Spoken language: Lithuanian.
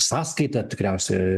sąskaitą tikriausiai